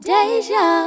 Deja